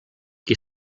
qui